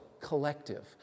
collective